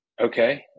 okay